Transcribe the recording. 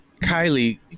Kylie